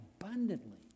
abundantly